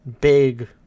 big